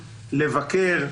לבקר,